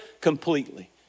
completely